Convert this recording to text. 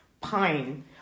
pine